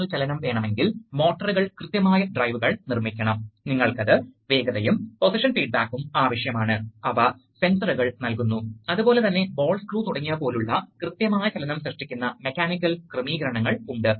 അതിനാൽ ചേംബർ കാരണം മർദ്ദം പതുക്കെ കൂടുന്നു തുടർന്ന് അത് വാൽവ് മാറ്റുന്നു തുടർന്ന് അത് സ്പൂളിൽ സമ്മർദ്ദം ചെലുത്തുകയും അത് വാൽവ് മാറ്റുകയും ചെയ്യും അതിനാൽ ഇത് സമയ കാലതാമസം സൃഷ്ടിക്കുന്ന ഒരു അടിസ്ഥാന സംവിധാനമാണ്